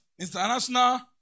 International